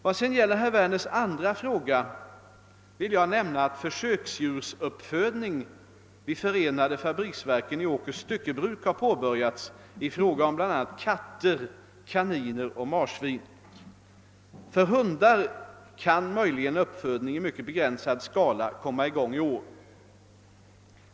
Vad gäller herr Werners andra fråga vill jag nämna att försöksdjursuppfödning vid förenade fabriksverken i Åkers Styckebruk har påbörjats i fråga om bl.a. katter, kaniner och marsvin. För hundar kan möjligen en uppfödning i mycket begränsad skala komma i gång i år.